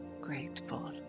grateful